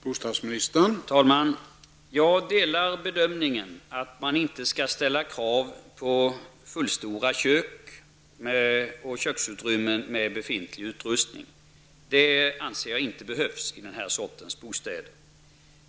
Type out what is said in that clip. Herr talman! Jag delar bedömningen att man inte skall ställa krav på fullstora kök och köksutrymmen med befintlig utrustning. I den här sortens bostäder anser jag detta vara onödigt.